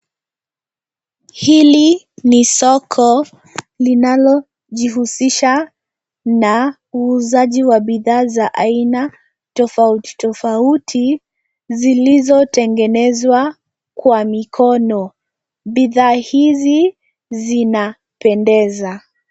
Hili ni soko linalojihusisha na uuzaji wa bidhaa za aina tofauti tofauti, zilizotengenezwa kwa mikono. Bidhaa hizi zina pendeza.